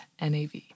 NAV